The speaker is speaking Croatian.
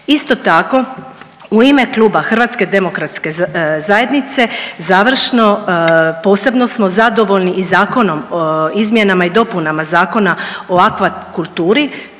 Isto tako, u ime kluba Hrvatske demokratske zajednice završno posebno smo zadovoljni i zakonom o izmjenama i dopunama Zakona o aquakulturi